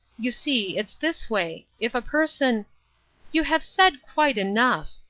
you see, it's this way. if a person you have said quite enough,